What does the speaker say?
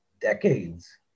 decades